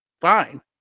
fine